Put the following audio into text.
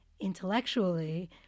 intellectually